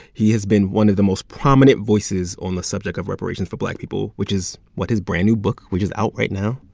he has been one of the most prominent voices on the subject of reparations for black people, which is what his brand-new book, which is out right now,